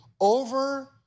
over